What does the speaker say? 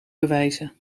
bewijzen